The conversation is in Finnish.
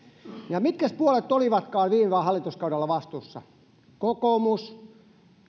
ja mitkäs puolueet olivatkaan viime hallituskaudella vastuussa kokoomus